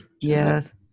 Yes